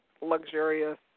luxurious